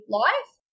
life